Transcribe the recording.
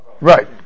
Right